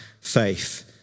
faith